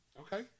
Okay